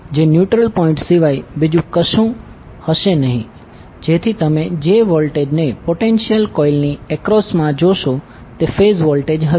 જે neutral point સિવાય બીજું કશું હશે નહી જેથી તમે જે વોલ્ટેજને પોટેન્શિયલ કોઇલની એક્રોસ મા જોશો તે ફેઝ વોલ્ટેજ હશે